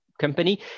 company